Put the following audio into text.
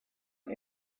and